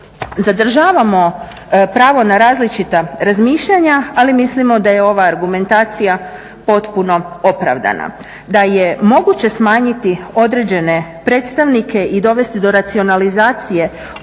zadržavamo pravo na različita razmišljanja ali mislimo da je ova argumentacija potpuno opravdana. Da je moguće smanjiti određene predstavnike i dovesti do racionalizacije